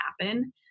happen